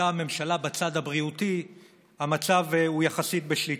הממשלה בצד הבריאותי המצב הוא יחסית בשליטה.